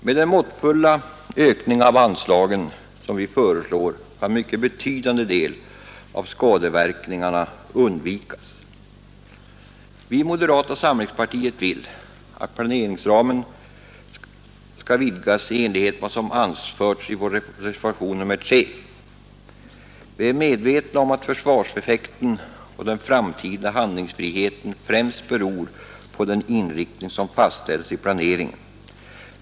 Med den måttfulla ökning av anslagen som vi föreslår kan en mycket betydande del av skadeverkningarna undvikas. Vi i moderata samlingspartiet vill att planeringsramen skall vidgas i enlighet med vad som anförts i vår reservation 3. Vi är medvetna om att försvarseffekten och den framtida handlingsfriheten främst beror på den inriktning som fastställs i planeringen.